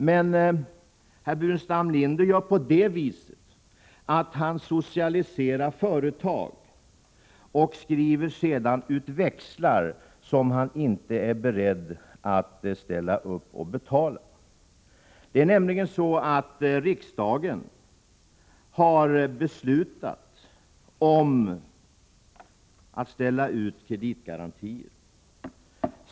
Herr Burenstam Linder väljer dock att socialisera företag, och sedan ställer han ut växlar som han inte är beredd att betala. Det är nämligen så, att riksdagen har beslutat att ställa ut kreditgarantier.